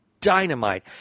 dynamite